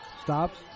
stops